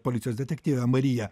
policijos detektyvė marija